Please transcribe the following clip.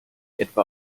etwa